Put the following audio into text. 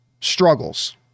struggles